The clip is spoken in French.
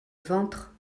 ventre